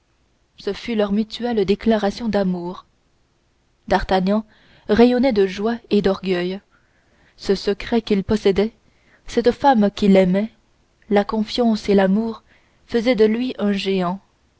ce fut leur mutuelle déclaration d'amour d'artagnan rayonnait de joie et d'orgueil ce secret qu'il possédait cette femme qu'il aimait la confiance et l'amour faisaient de lui un géant